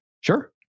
Sure